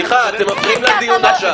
סליחה, אתם מפריעים לדיון עכשיו.